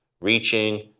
reaching